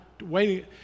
waiting